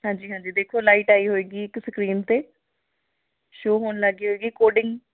ਹਾਂਜੀ ਹਾਂਜੀ ਦੋਖੇ ਲਾਈਟ ਆਈ ਹੋਏਗੀ ਇੱਕ ਸਕਰੀਨ 'ਤੇ ਸ਼ੋਅ ਹੋਣ ਲੱਗ ਗੀ ਹੋਏਗੀ ਕੋਡਿੰਗ